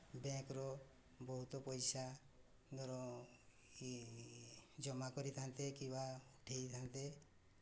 ବ୍ୟାଙ୍କ୍ର ବହୁତ ପଇସା ଧର ଜମା କରିଥାନ୍ତେ କିମ୍ବା ଉଠାଇଥାନ୍ତେ